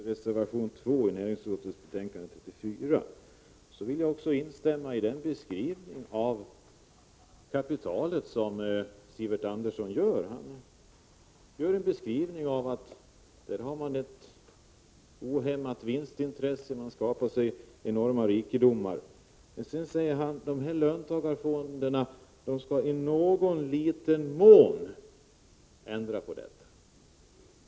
Herr talman! Först vill jag yrka bifall till reservation 2 som är fogad till näringsutskottets betänkande 34. Jag vill instämma i den beskrivning av kapitalet som Sivert Andersson gjorde. Han sade att kapitalet har ett ohämmat vinstintresse och att man skapar enorma rikedomar. Sedan säger Sivert Andersson att löntagarfonderna i någon liten mån skall ändra på detta förhållande.